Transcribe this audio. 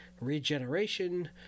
regeneration